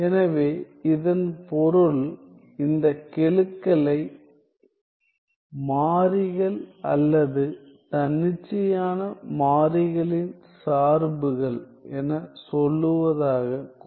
எனவே இதன் பொருள் இந்த கெழுக்களை மாறிலிகள் அல்லது தன்னிச்சையான மாறிகளின் சார்புகள் என சொல்லுவதாகக் கொள்வோம்